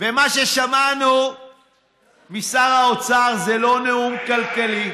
ומה ששמענו משר האוצר זה לא נאום כלכלי,